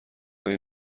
آیا